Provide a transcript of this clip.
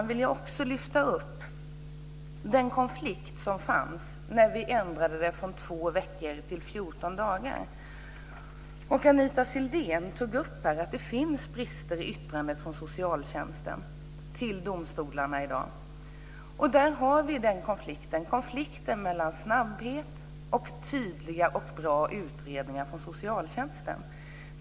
Jag vill också lyfta upp den konflikt som fanns när vi ändrade tiden från två veckor till 14 dagar. Anita Sidén tog upp att det finns brister i yttranden från socialtjänsten till domstolarna i dag. Där har vi konflikten mellan snabbhet och tydliga och bra utredningar från socialtjänsten.